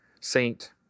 Saint